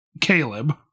Caleb